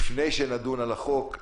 לפני שנדון על החוק,